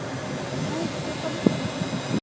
नहीं इसके ऊपर ये